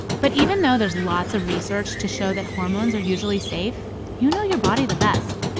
but even though there's lots of research to show that hormones are usually safe, you know your body the best.